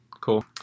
cool